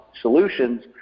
solutions